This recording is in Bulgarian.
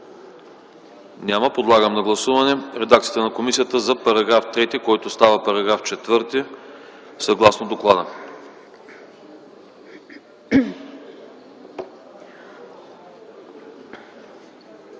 Няма. Подлагам на гласуване редакцията на комисията за § 1, който става § 2 съгласно доклада.